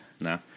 No